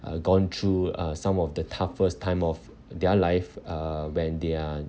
uh gone through uh some of the toughest time of their life uh when they are